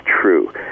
true